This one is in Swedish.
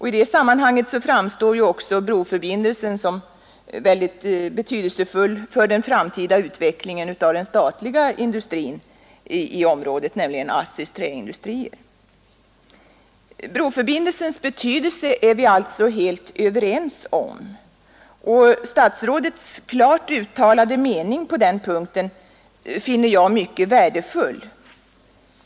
I det sammanhanget framstår också broförbindelsen som betydelsefull för den framtida utvecklingen av den statliga industrin i området, nämligen ASSI:s träindustrier. Broförbindelsens betydelse är vi alltså helt överens om. Statsrådets klart uttalade mening på den punkten finner jag mycket värdefull.